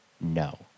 No